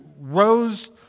rose